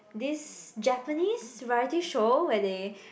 this Japanese variety show where they